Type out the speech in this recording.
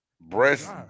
Breast